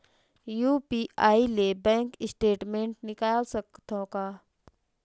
UPI ले bank statement निकाल सकत हवं का?